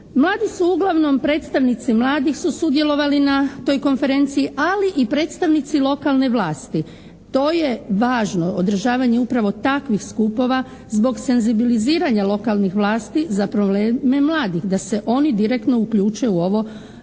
Mladi su uglavnom, predstavnici mladih su sudjelovali na toj konferenciji, ali i predstavnici lokalne vlasti. To je važno, održavanje upravo takvih skupova zbog senzibiliziranja lokalnih vlasti za probleme mladih, da se oni direktno uključe u ovo